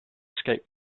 escape